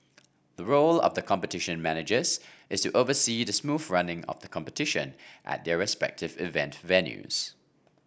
the role of the Competition Managers is oversee the smooth running of the competition at their respective event venues